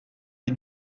des